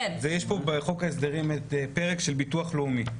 יש בחוק ההסדרים פרק של ביטוח לאומי.